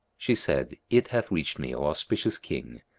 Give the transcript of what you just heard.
she said, it hath reached me, o auspicious king,